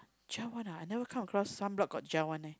gel one ah I never come across sunblock got gel one leh